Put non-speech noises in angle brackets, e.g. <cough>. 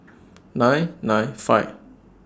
<noise> nine nine five